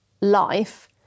life